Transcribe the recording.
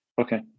Okay